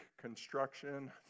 construction